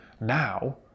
now